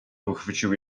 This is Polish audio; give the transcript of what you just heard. pochwycił